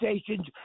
stations